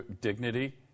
dignity